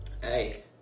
Hey